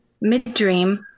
Mid-dream